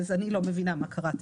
אני מודה שאני לא מבינה מה קראתי.